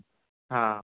हा